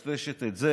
מטשטשת גם את זה.